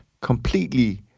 completely